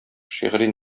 шигъри